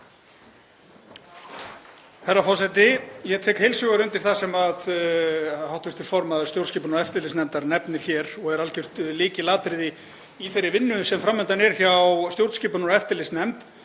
Herra forseti. Ég tek heils hugar undir það sem hv. formaður stjórnskipunar- og eftirlitsnefndar nefnir hér og er algjört lykilatriði í þeirri vinnu sem fram undan er hjá stjórnskipunar- og eftirlitsnefnd,